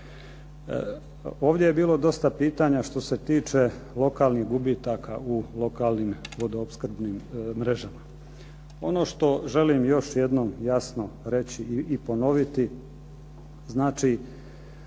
Ovdje je bilo dosta pitanja što se tiče lokalnih gubitaka u lokalnim vodoopskrbnim mrežama. Ono što želim još jednom jasno istaknuti i